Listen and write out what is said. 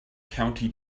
county